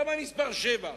למה המספר 7?